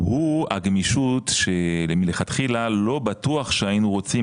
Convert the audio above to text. הוא מהווה את הגמישות שמלכתחילה לא בטוח שהיינו רוצים